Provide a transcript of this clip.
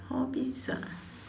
all this ah